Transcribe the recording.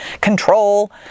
Control